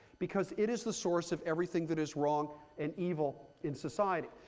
because it is the source of everything that is wrong and evil in society.